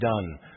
done